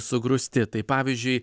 sugrūsti tai pavyzdžiui